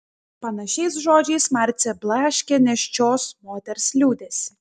panašiais žodžiais marcė blaškė nėščios moters liūdesį